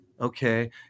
Okay